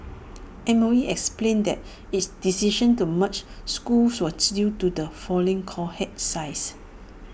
M O E explained that its decision to merge schools was due to the falling cohort sizes